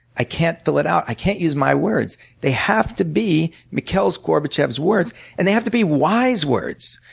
i can't fill it out i can't use my words. they have to be mikhail gorbachev's words and they have to be wise words.